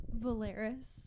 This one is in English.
Valeris